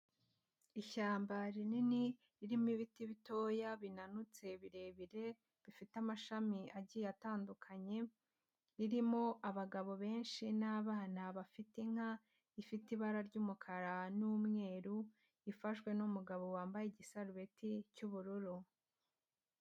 Ishyamba rinini ririmo ibiti bitoya binanutse birebire bifite amashami agiye atandukanye, ririmo abagabo benshi n'abana bafite inka ifite ibara ry'umukara n'umweru, ifashwe n'umugabo wambaye igisarubeti cy'ubururu.